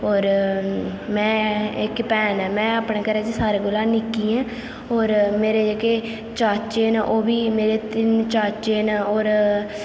होर में इक भैन ऐ में अपने घरै च सारें कोला निक्की आं होर मेरे जेह्के चाचे न ओह् बी मेरे तिन चाचे न होर